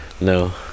no